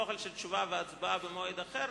נוהל של תשובה והצבעה במועד אחר,